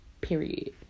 period